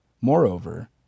Moreover